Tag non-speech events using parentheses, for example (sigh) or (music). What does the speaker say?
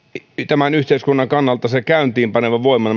tämän yhteiskunnan kannalta se käyntiin paneva voima (unintelligible)